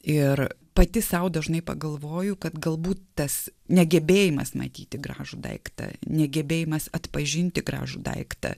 ir pati sau dažnai pagalvoju kad galbūt tas negebėjimas matyti gražų daiktą negebėjimas atpažinti gražų daiktą